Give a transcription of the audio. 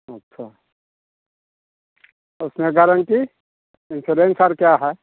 अच्छा उसमें guarantee insurance और क्या है